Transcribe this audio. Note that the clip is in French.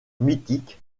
mythique